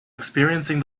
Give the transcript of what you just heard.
experiencing